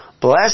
Bless